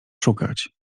szukać